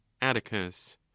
atticus